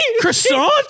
Croissant